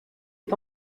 est